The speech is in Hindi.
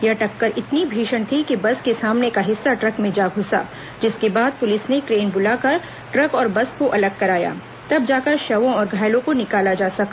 यह टक्कर इतनी भीषण थी कि बेस के सामने का हिस्सा ट्रक में जा घुसा जिसके बाद पुलिस ने क्रेन बुलाकर ट्रक और बस को अलग कराया तब जाकर शयों और घायलों को निकाला जा सका